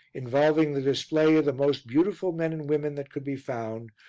involving the display of the most beautiful men and women that could be found,